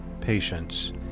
patience